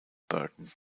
burton